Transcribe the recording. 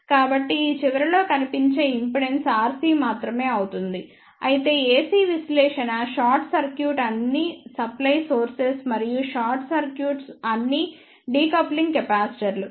కాబట్టి ఈ చివరలో కనిపించే ఇంపిడెన్స్ RC మాత్రమే అవుతుంది అయితే AC విశ్లేషణ షార్ట్ సర్క్యూట్ అన్ని సప్లై సోర్సెస్ మరియు షార్ట్ సర్క్యూట్ అన్ని డీకప్లింగ్ కెపాసిటర్లు